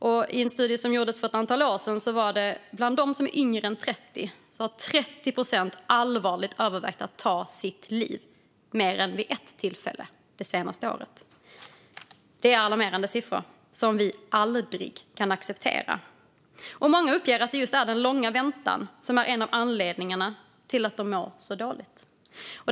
Enligt en studie som gjordes för ett antal år sedan hade bland dem som var yngre än 30 år 30 procent vid mer än ett tillfälle allvarligt övervägt att ta sitt liv det senaste året. Det är alarmerande siffror som vi aldrig kan acceptera. Många uppger att just den långa väntan är en av anledningarna till att de mår så dåligt.